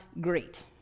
great